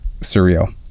surreal